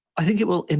i think it will and